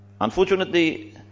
Unfortunately